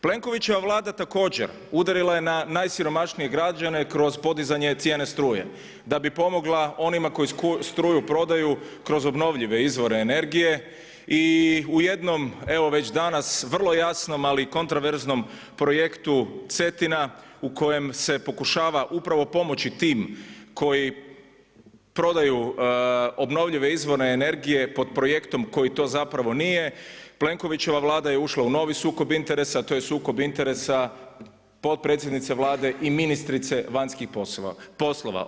Plenkovićeva Vlada također udarila je na najsiromašnije građane kroz podizanje cijene struje da bi pomogla onima koji struju prodaju kroz obnovljive izvore energije i u jednom evo već danas vrlo jasnom ali kontraverznom projektu Cetina u kojem se pokušava upravo pomoći tim koji prodaju obnovljive izvore energije pod projektom koji to zapravo nije Plenkovićeva Vlada je ušla u novi sukob interesa a to je sukob interesa potpredsjednice Vlade i ministrice vanjskih poslova.